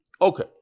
Okay